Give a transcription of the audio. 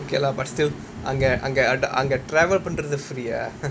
okay lah but still அங்க அங்க:anga anga travel பண்றது:pandrathu free ah